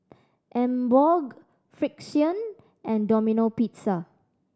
Emborg Frixion and Domino Pizza